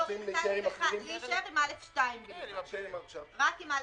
להישאר רק עם (א)(2),